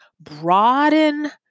broaden